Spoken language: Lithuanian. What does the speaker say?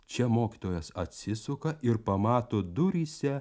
čia mokytojas atsisuka ir pamato duryse